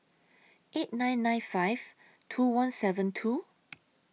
eight nine nine five two one seven two